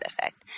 effect